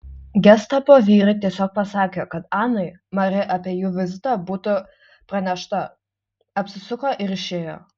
gestapo vyrai tiesiog pasakė kad anai mari apie jų vizitą būtų pranešta apsisuko ir išėjo